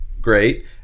great